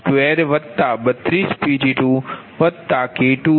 18 Pg2232 Pg2K2